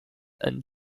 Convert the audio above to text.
and